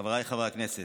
חבריי חברי הכנסת,